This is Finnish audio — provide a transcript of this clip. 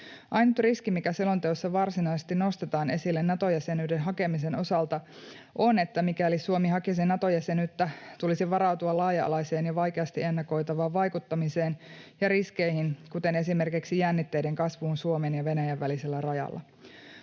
Ainut riski, mikä selonteossa varsinaisesti nostetaan esille Nato-jäsenyyden hakemisen osalta, on, että mikäli Suomi hakisi Nato-jäsenyyttä, tulisi varautua laaja-alaiseen ja vaikeasti ennakoitavaan vaikuttamiseen ja riskeihin, kuten esimerkiksi jännitteiden kasvuun Suomen ja Venäjän välisellä rajalla.